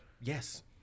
Yes